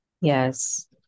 Yes